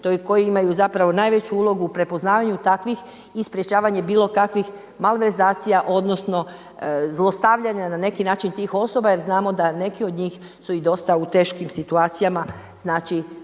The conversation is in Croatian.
koji imaju zapravo najveću ulogu u prepoznavanju takvih i sprječavanje bilo kakvih malverzacija odnosno zlostavljanja na neki način tih osoba jer znamo da neke od njih su i dosta u teškim situacijama, znači